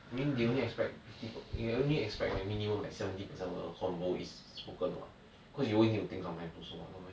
I mean they only expect fifty they only expect like minimum like seventy percent of the convo is spoken [what] cause you also need to think sometimes also [what] no meh